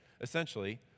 essentially